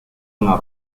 una